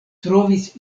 trovis